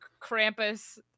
Krampus